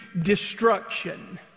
destruction